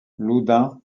loudun